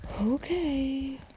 Okay